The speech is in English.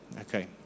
okay